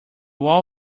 wall